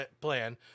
plan